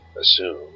assume